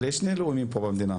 אבל יש שני לאומים פה במדינה.